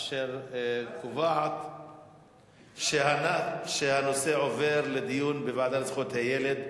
אשר קובעת שהנושא עובר לדיון בוועדה לזכויות הילד.